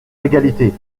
l’égalité